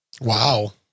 Wow